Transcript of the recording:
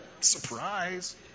Surprise